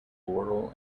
laurel